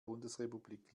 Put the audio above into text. bundesrepublik